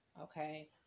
okay